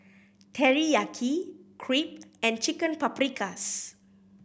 Teriyaki Crepe and Chicken Paprikas